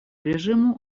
режиму